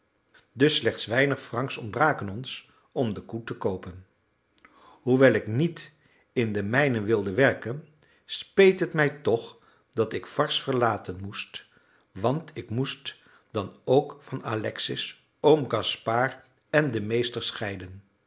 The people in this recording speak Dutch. dus slechts weinig francs ontbraken ons om de koe te koopen hoewel ik niet in de mijnen wilde werken speet het mij toch dat ik varses verlaten moest want ik moest dan ook van alexis oom gaspard en den meester scheiden